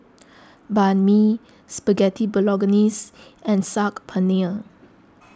Banh Mi Spaghetti Bolognese and Saag Paneer